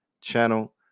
channel